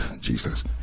Jesus